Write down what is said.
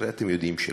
הרי אתם יודעים שלא.